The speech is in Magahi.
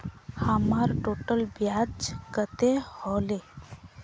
हमर टोटल ब्याज कते होले?